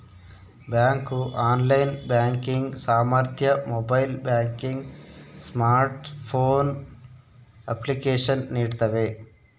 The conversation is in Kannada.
ಬ್ಯಾಂಕು ಆನ್ಲೈನ್ ಬ್ಯಾಂಕಿಂಗ್ ಸಾಮರ್ಥ್ಯ ಮೊಬೈಲ್ ಬ್ಯಾಂಕಿಂಗ್ ಸ್ಮಾರ್ಟ್ಫೋನ್ ಅಪ್ಲಿಕೇಶನ್ ನೀಡ್ತವೆ